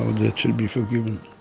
that should be forgiven.